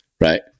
right